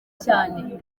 cyane